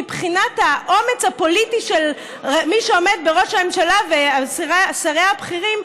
מבחינת האומץ הפוליטי של מי שעומד בראש הממשלה ושריה הבכירים,